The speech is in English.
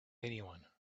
anyone